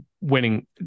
winning